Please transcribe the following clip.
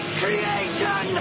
creation